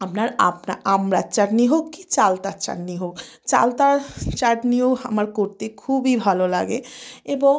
আপনার আমড়ার চাটনি হোক কী চালতার চাটনি হোক চালতার চাটনিও আমার করতে খুবই ভালো লাগে এবং